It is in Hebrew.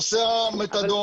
נושא המתדון